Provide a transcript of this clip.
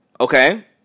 Okay